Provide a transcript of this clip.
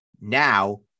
Now